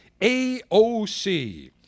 AOC